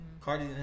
Cardi